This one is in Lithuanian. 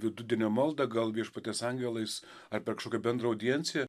vidudienio maldą gal viešpaties angelą jis ar per kažkokią bendrą audienciją